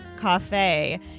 cafe